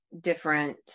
different